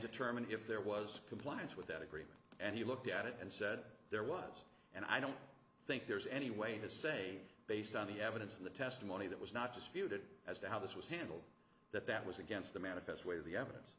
determine if there was compliance with that agreement and he looked at it and said there was and i don't think there's any way to say based on the evidence in the testimony that was not disputed as to how this was handled that that was against the manifest weight of the evidence